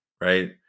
right